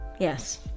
yes